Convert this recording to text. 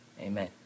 Amen